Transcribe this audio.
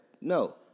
No